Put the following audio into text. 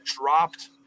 dropped